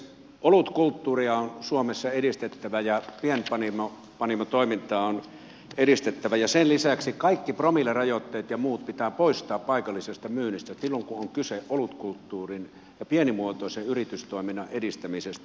olutkulttuuria on suomessa edistettävä ja pienpanimotoimintaa on edistettävä ja sen lisäksi kaikki promillerajoitteet ja muut pitää poistaa paikallisesta myynnistä silloin kun on kyse olutkulttuurin ja pienimuotoisen yritystoiminnan edistämisestä